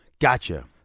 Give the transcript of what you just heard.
Gotcha